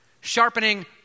Sharpening